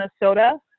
Minnesota